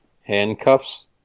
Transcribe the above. handcuffs